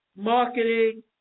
marketing